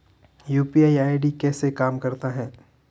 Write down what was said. UPI ID कैसे काम करता है?